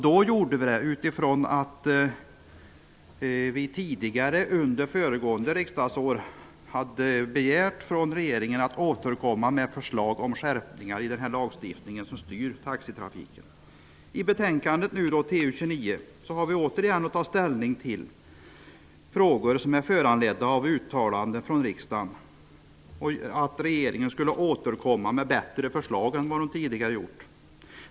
Då gjorde vi det utifrån att vi tidigare under föregående riksdagsår hade begärt av regeringen att återkomma med förslag om skärpningar i den lagstiftning som styr taxitrafiken. I betänkandet TU29 har vi åter att ta ställning till frågor som är föranledda av uttalande från riksdagen om att regeringen skulle återkomma med bättre förslag än tidigare.